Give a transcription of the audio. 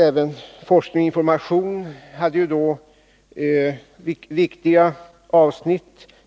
Även forskning och information hade viktiga avsnitt.